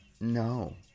no